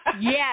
yes